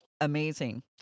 amazing